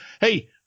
Hey